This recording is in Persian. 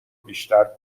بیشتر